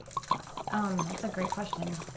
um that's a great question.